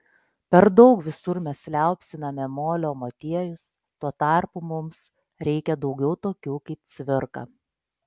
per daug visur mes liaupsiname molio motiejus tuo tarpu mums reikia daugiau tokių kaip cvirka